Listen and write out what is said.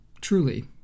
Truly